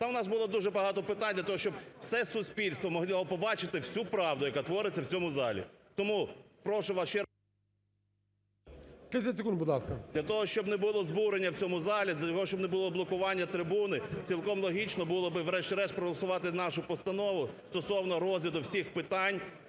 Та в нас було дуже багато питань для того, щоб все суспільство могло побачити всю правду, яка твориться в цьому залі. Тому прошу вас ще раз… ГОЛОВУЮЧИЙ. 30 секунд, будь ласка. БУРБАК М.Ю. …для того, щоб не було збурення в цьому залі, для того, щоб не було блокування трибуни, цілком логічно було б врешті-решт проголосувати нашу постанову, стосовно розгляду всіх питань